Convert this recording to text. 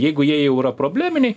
jeigu jie jau yra probleminiai